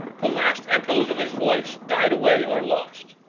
the last echoes of his voice died away and were lost.